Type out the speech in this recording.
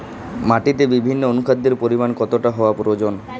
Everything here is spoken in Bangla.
মাটিতে বিভিন্ন অনুখাদ্যের পরিমাণ কতটা হওয়া প্রয়োজন?